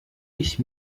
ich